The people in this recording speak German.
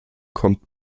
kommt